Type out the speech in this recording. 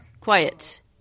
Quiet